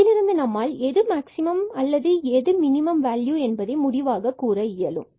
இதிலிருந்து நம்மால் எது மேக்சிமம் அல்லது மினிமம் வேல்யூ என்பதை முடிவாக கூற இயலும்